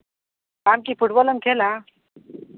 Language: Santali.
ᱟᱢᱠᱤ ᱯᱷᱩᱴᱵᱚᱞ ᱮᱢ ᱠᱷᱮᱞᱼᱟ